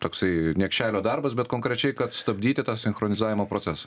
toksai niekšelio darbas bet konkrečiai kad stabdyti tą sinchronizavimo procesą